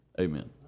Amen